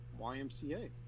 YMCA